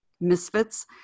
misfits